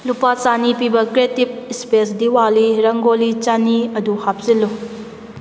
ꯂꯨꯄꯥ ꯆꯅꯤ ꯄꯤꯕ ꯀ꯭ꯔꯦꯇꯤꯞ ꯏꯁꯄꯦꯁ ꯗꯤꯋꯥꯂꯤ ꯔꯪꯒꯣꯂꯤ ꯆꯅꯤ ꯑꯗꯨ ꯍꯥꯞꯆꯤꯜꯂꯨ